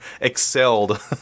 excelled